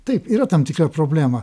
taip yra tam tikra problema